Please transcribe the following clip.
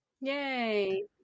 yay